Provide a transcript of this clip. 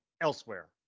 elsewhere